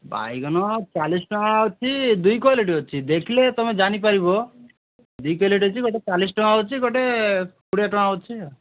ବାଇଗନ ଚାଲିଶ ଟଙ୍କା ଅଛି ଦୁଇ କ୍ୱାଲିଟି ଅଛି ଦେଖିଲେ ତୁମେ ଜାନି ପାରିବ ଦୁଇ କ୍ୱାଲିଟି ଅଛି ଗୋଟେ ଚାଲିଶ ଟଙ୍କା ଅଛି ଗୋଟେ କୋଡ଼ିଏ ଟଙ୍କା ଅଛି ଆଉ